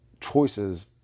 choices